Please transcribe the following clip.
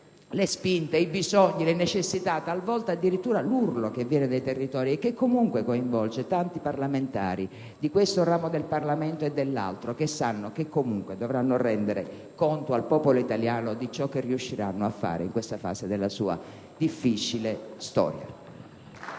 le spinte, i bisogni, le necessità, talvolta addirittura l'urlo che viene dai territori e che comunque coinvolge tanti parlamentari di questo e dell'altro ramo del Parlamento, che sanno che comunque dovranno rendere conto al popolo italiano di ciò che riusciranno a fare in questa fase della sua difficile storia.